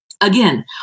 again